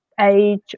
age